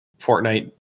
Fortnite